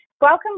Welcome